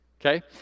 Okay